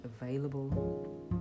available